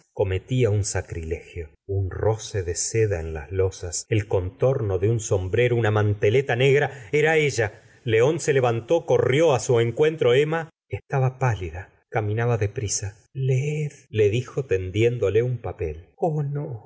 cometía un sacrilegio la señora de bovary gustavo flaubert un roce de seda en las losas el contorno de un sombrero una manteleta negra era ella león se levantó y corrió á su encuentro emma estaba pálida caminaba de prisa leed le dijo tendiéndole un papei ohl no